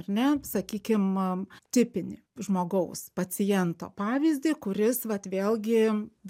ar ne sakykim tipinį žmogaus paciento pavyzdį kuris vat vėlgi